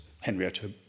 Henrietta